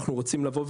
אנחנו רוצים לבוא,